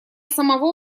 самого